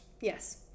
yes